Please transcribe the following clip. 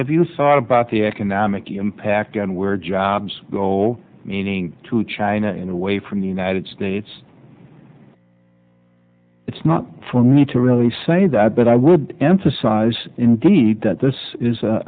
f you thought about the economic impact and where jobs go meaning to china and away from the united states it's not for me to really say that but i would emphasize indeed that this is